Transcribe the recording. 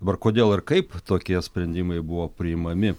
dabar kodėl ir kaip tokie sprendimai buvo priimami